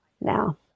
now